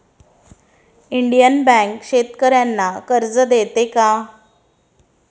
Indian bank शेतकर्यांना कर्ज देते का?